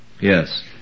Yes